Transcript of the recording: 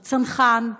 צנחן,